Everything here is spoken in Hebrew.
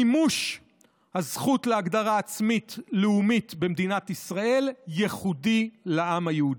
מימוש הזכות להגדרה עצמית לאומית במדינת ישראל ייחודי לעם היהודי".